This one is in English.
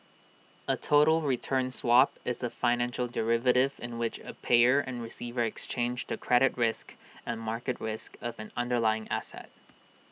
A total return swap is A financial derivative in which A payer and receiver exchange the credit risk and market risk of an underlying asset